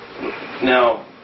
now